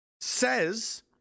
says